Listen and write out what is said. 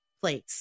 place